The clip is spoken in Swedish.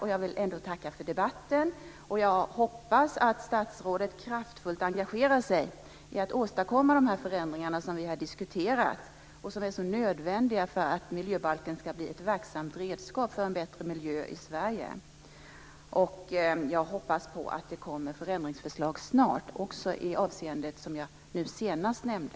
Jag vill tacka för debatten, och jag hoppas att statsrådet kraftfullt engagerar sig i att åstadkomma dessa förändringar som vi har diskuterat och som är så nödvändiga för att miljöbalken ska bli ett verksamt redskap för en bättre miljö i Sverige. Jag hoppas att det kommer förändringsförslag snart, också i det avseende som jag senast nämnde.